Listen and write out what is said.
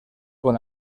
con